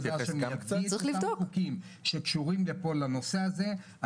אם הייתי יודע שאני אביא את אותם החוקים שקשורים לפה לנושא הזה,